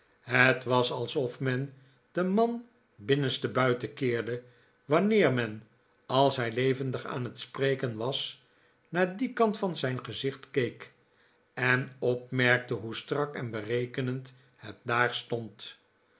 het was alsof men den man binnenste buiten keerde wanneer men als hij ievendig aan het spreken was naar dien kant van zij n gezicht keek en opmerkte hoe strak en berekenend het daar stond